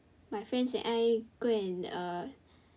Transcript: my friend say eh go and uh